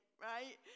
right